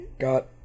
got